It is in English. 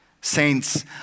Saints